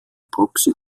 proxy